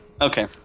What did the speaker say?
okay